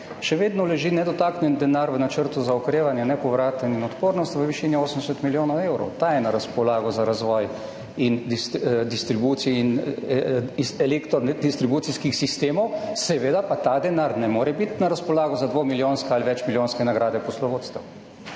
še vedno leži nedotaknjen, nepovraten denar v načrtu za okrevanje in odpornost v višini 80 milijonov evrov. Ta je na razpolago za razvoj in distribucijo elektro sistemov. Seveda pa ta denar ne more biti na razpolago za dvomilijonske ali večmilijonske nagrade poslovodstev.